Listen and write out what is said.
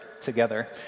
together